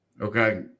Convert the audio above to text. Okay